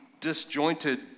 disjointed